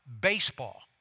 baseball